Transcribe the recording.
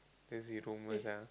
busy rumour sia